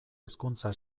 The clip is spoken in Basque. hezkuntza